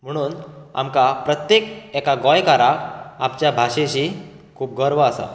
म्हणून आमकां प्रत्येक एका गोंयकाराक आमच्या भाशेची खूब गर्व आसा